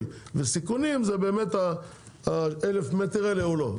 וסיכונים זה באמת ה-1,000 מטר האלה או לא,